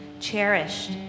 cherished